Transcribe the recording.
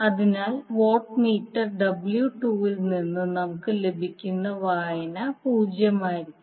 അതിനാൽ watt meter W2 ൽ നിന്ന് നമുക്ക് ലഭിക്കുന്ന വായന 0 ആയിരിക്കും